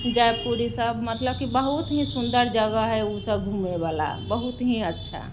जयपुर ईसभ मतलब कि बहुत ही सुन्दर जगह हइ ओसभ घूमयवला बहुत ही अच्छा